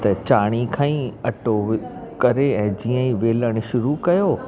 त चाणी खई अटो करे ऐं जीअं वेलण शुरू कयो